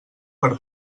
per